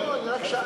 לא, אני רק שאלתי.